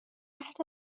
مرد